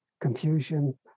confusion